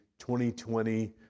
2020